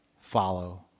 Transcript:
Follow